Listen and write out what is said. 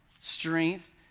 strength